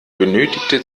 benötigte